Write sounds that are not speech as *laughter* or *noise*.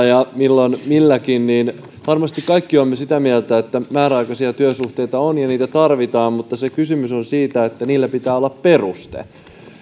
*unintelligible* ja milloin milläkin niin varmasti kaikki olemme sitä mieltä että määräaikaisia työsuhteita on ja niitä tarvitaan mutta se kysymys on siitä että niille pitää olla peruste